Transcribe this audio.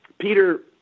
Peter